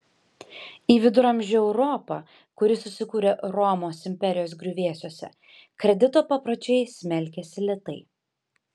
į viduramžių europą kuri susikūrė romos imperijos griuvėsiuose kredito papročiai smelkėsi lėtai